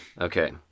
okay